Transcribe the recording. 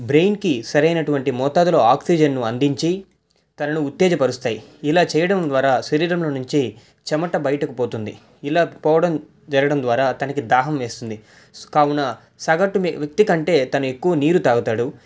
బ్రెయిన్కి సరైనటువంటి మోతాదులో ఆక్సిజన్ అందించి తనను ఉత్తేజపరుస్తాయి ఇలా చేయడం ద్వారా శరీరంలోనుంచి చెమట బయటకు పోతుంది ఇలా పోవడం జరగడం ద్వారా తనకి దాహం వేస్తుంది కావున సగటు వ్యక్తి కంటే తను ఎక్కువ నీరు తాగుతాడు